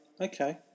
okay